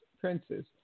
princes